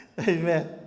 Amen